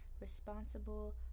responsible